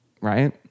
right